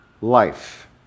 life